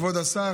כבוד השר,